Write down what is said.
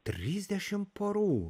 trisdešim porų